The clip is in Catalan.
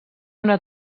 una